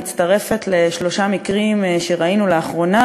היא מצטרפת לשלושה מקרים שראינו לאחרונה.